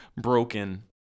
broken